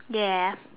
ya